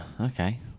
Okay